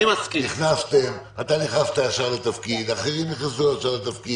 אתה נכנסת ישר לתפקיד, אחרים נכנסו ישר לתפקיד.